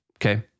Okay